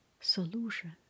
solution